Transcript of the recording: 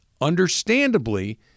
understandably